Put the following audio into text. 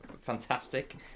fantastic